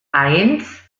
eins